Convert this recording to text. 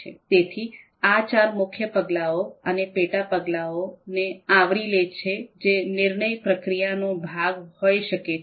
તેથી આ ચાર મુખ્ય પગલાઓ અને પેટા પગલાઓને આવરી લે છે જે નિર્ણય પ્રક્રિયાનો ભાગ હોઈ શકે છે